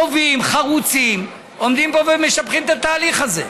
טובים, חרוצים, עומדים פה ומשבחים את התהליך הזה?